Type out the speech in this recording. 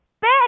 back